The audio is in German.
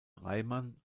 reimann